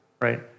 right